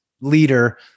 leader